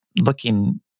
looking